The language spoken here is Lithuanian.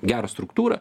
gerą struktūrą